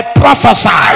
prophesy